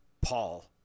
Paul